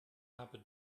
habe